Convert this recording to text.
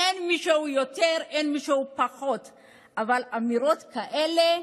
אין מישהו יותר, אין מישהו פחות, אבל אמירות כאלה,